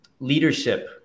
leadership